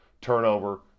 Turnover